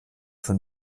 von